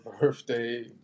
birthday